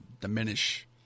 diminish